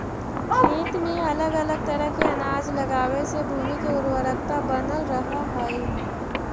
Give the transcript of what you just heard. खेत में अलग अलग तरह के अनाज लगावे से भूमि के उर्वरकता बनल रहऽ हइ